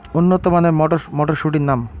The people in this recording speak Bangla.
উন্নত মানের মটর মটরশুটির নাম?